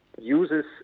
uses